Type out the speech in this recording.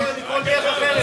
יותר מכל דרך אחרת.